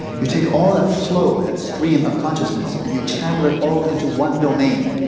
you take all that flow, that stream of consciousness and you channel it all into one domain,